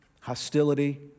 hostility